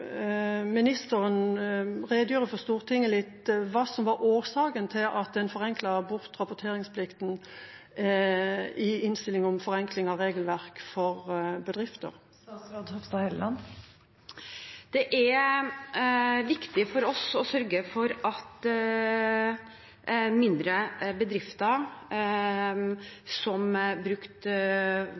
ministeren redegjøre for Stortinget litt om hva som var årsaken til at en forenklet bort rapporteringsplikten i innstillinga om forenkling av regelverk for bedrifter. Det er viktig for oss å sørge for at mindre bedrifter, som